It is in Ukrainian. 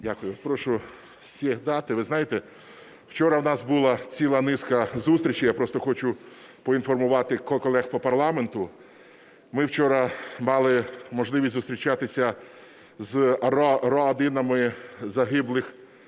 Дякую. Прошу сідати. Ви знаєте, вчора у нас була ціла низка зустрічей, я просто хочу поінформувати колег по парламенту, ми вчора мали можливість зустрічатися з родинами загиблих